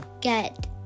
get